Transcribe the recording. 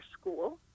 school